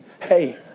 hey